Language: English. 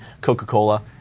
Coca-Cola